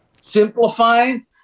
simplifying